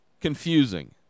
confusing